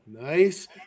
Nice